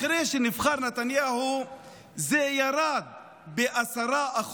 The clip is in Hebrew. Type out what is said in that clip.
אחרי שנבחר נתניהו זה ירד ב-10%,